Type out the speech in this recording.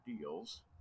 deals